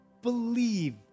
believe